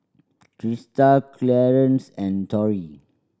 Trista Clearence and Torrie